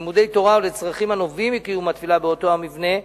לימודי תורה או לצרכים הנובעים מקיום התפילה באותו המבנה.